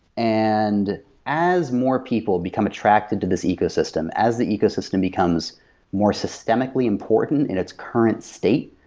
and as more people become attracted to this ecosystem, as the ecosystem becomes more systemically important in its current state,